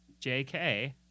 jk